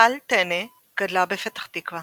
טל-טנא גדלה בפתח תקווה